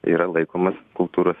yra laikomas kultūros